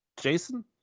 Jason